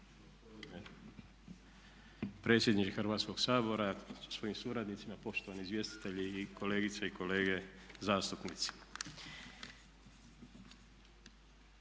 Predsjedniče Hrvatskoga sabora, svojim suradnicima, poštovani izvjestitelji i kolegice i kolege zastupnici.